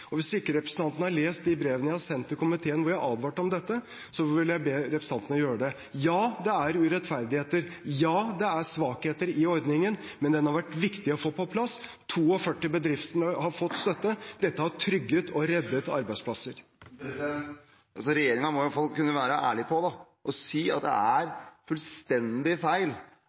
Og hvis ikke representanten har lest de brevene jeg har sendt til komiteen, hvor jeg advarte om dette, vil jeg be representanten om å gjøre det. Ja, det er urettferdigheter. Ja, det er svakheter i ordningen, men den har vært viktig å få på plass. Det er 42 bedrifter som har fått støtte, og dette har trygget og reddet arbeidsplasser. Regjeringen må iallfall kunne være ærlig på å si at det er fullstendig feil